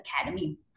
Academy